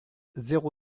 zéro